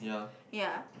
yea